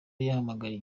yahamagariye